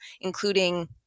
including